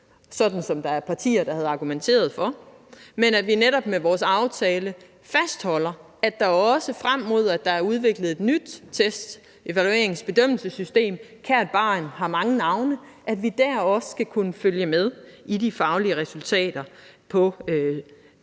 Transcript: sådan som der er partier, der havde argumenteret for, men at vi netop med vores aftale fastholder, at vi også, frem mod at der er udviklet et nyt test-, evaluerings-, bedømmelsessystem – kært barn har mange navne – også skal kunne følge med i de faglige resultater på både